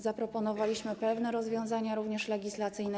Zaproponowaliśmy pewne rozwiązania również legislacyjne.